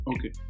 Okay